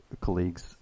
colleagues